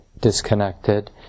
disconnected